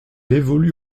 évolue